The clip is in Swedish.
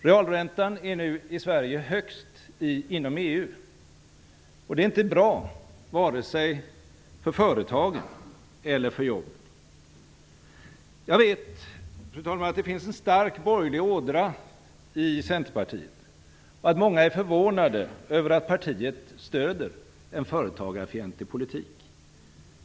Realräntan i Sverige är nu den högsta inom EU, och det är inte bra vare sig för företagarna eller för jobben. Jag vet, fru talman, att det finns en stark borgerlig ådra i Centerpartiet och att många är förvånade över att partiet stöder en företagarfientlig politik.